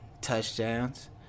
touchdowns